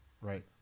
Right